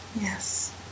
Yes